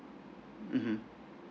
mmhmm